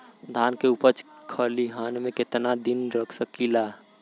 धान के उपज खलिहान मे कितना दिन रख सकि ला?